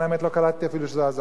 לא קלטתי אפילו שזו אזעקה,